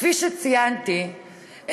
כפי שציינתי,